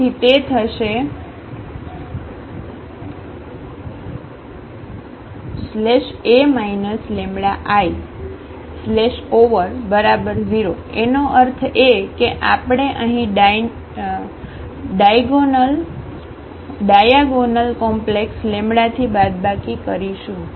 તેથી તે થશે |A λI|0 એનો અર્થ એ કે આપણે અહીં ડાયાગોંનલ કોમ્પ્લેક્સ લેમ્બડાથી બાદબાકી કરીશું